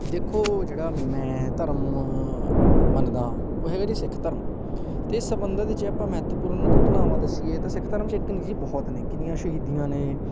ਦੇਖੋ ਜਿਹੜਾ ਮੈਂ ਧਰਮ ਮੰਨਦਾ ਉਹ ਹੈਗਾ ਜੀ ਸਿੱਖ ਧਰਮ ਅਤੇ ਸੰਬੰਧਿਤ ਜੇ ਆਪਾਂ ਮਹੱਤਵਪੂਰਨ ਘਟਨਾਵਾਂ ਦੱਸੀਏ ਤਾਂ ਸਿੱਖ ਧਰਮ 'ਚ ਇੱਕ ਨਹੀਂ ਜੀ ਬਹੁਤ ਨੇ ਕਿੰਨੀਆਂ ਸ਼ਹੀਦੀਆਂ ਨੇ